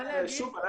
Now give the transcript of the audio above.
שוב,